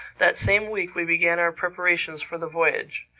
that same week we began our preparations for the voyage.